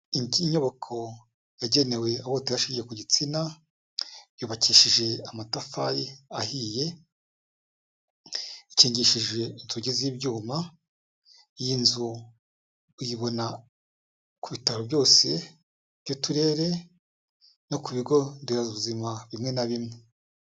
Inyubako yagenewe ihohoterwa rishingiye ku gitsina yubakishije amatafari ahiye ikigishije inzuki z'ibyuma, iyi nzu uyibona ku bitaro byose by'uturere no kubigonderabuzima bimwe na bimwe.